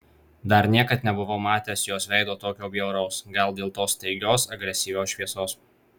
dar niekad nebuvau matęs jos veido tokio bjauraus gal dėl tos staigios agresyvios šviesos